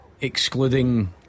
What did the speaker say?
Excluding